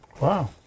wow